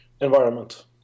environment